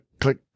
click